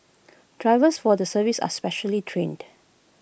drivers for the service are specially trained